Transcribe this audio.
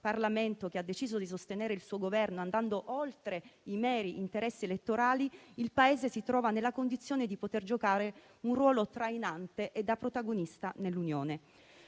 Parlamento, che ha deciso di sostenere il suo Governo andando oltre i meri interessi elettorali, il Paese si trova nella condizione di poter giocare un ruolo trainante e da protagonista nell'Unione.